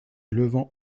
levant